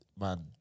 man